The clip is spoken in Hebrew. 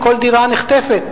כל דירה נחטפת.